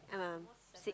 um six